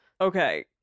Okay